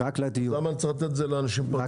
אז למה אני צריך לתת את זה לאנשים פרטיים?